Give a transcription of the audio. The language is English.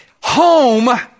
home